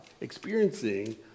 experiencing